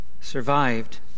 survived